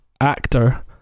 actor